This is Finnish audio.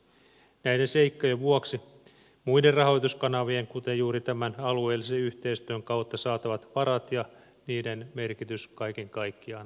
näiden seikkojen vuoksi muiden rahoituskanavien kuten juuri tämän alueellisen yhteistyön kautta saatavat varat ja niiden merkitys kaiken kaikkiaan korostuvat